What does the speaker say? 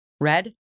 red